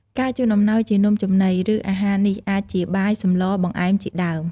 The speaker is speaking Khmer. ការជូនអំណោយជានំចំណី ឬ អាហារនេះអាចជា បាយ សម្ល បង្អែម ជាដើម។